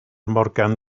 morgan